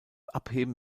abheben